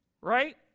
Right